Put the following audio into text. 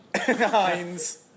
Heinz